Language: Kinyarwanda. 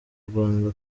rwanda